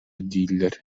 дииллэр